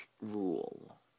rule